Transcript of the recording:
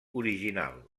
original